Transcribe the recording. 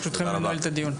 ברשותכם, אני נועל את הדיון.